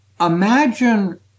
imagine